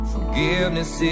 Forgiveness